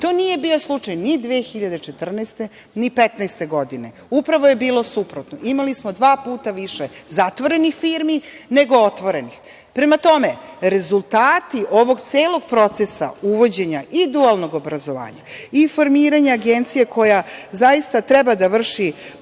To nije bio slučaj ni 2014. godine, ni 2015. godine, upravo je bilo suprotno. Imali smo dva puta više zatvorenih firmi nego otvorenih. Prema tome, rezultati ovog celog procesa uvođenja i dualnog obrazovanja i formiranja agencije koja zaista treba da vrši